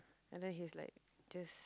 and then he's like just